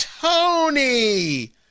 Tony